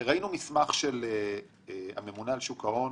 ראינו מסמך של הממונה על שוק ההון